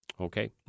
okay